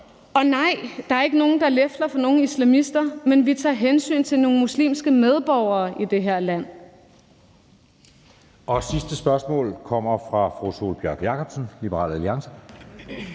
Og nej, der er ikke nogen, der lefler for nogen islamister, men vi tager hensyn til nogle muslimske medborgere i det her land. Kl. 16:34 Anden næstformand (Jeppe Søe): Sidste spørgsmål kommer fra fru Sólbjørg Jakobsen, Liberal Alliance.